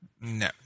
No